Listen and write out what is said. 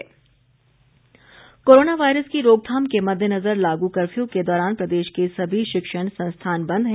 ज्ञानशाला corona virus की रोकथाम के मददेनजर लागू कर्फ्यू के दौरान प्रदेश के सभी शिक्षण संस्थान बंद है